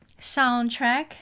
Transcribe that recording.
soundtrack